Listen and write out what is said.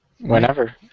Whenever